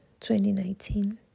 2019